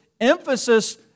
emphasis